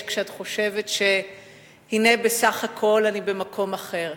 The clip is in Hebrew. כשאת חושבת שהנה בסך הכול את במקום אחר?